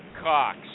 Cox